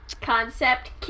concept